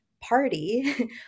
party